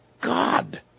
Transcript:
God